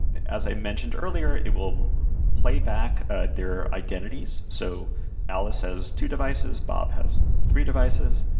as i mentioned earlier it will play back their identities. so alice has two devices, bob has three devices,